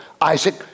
Isaac